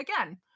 again